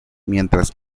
mientras